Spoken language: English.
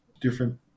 different